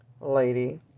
lady